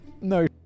No